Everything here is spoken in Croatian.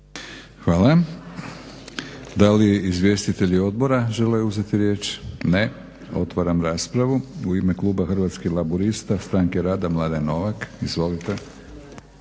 Hvala. Da li izvjestitelji odbora žele uzeti riječ? Ne. Otvaram raspravu. U ime kluba Hrvatskih laburista Stranke rada Mladen Novak, izvolite.